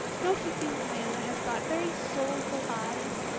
don't you think diana has got very soulful eyes?